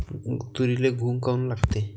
तुरीले घुंग काऊन लागते?